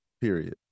Period